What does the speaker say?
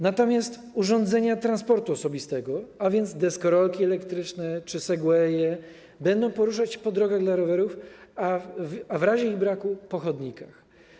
Natomiast urządzenia transportu osobistego, a więc deskorolki elektryczne czy segwaye, będą poruszać się po drogach dla rowerów, a w razie ich braku po chodnikach.